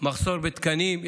מחסור בתקנים.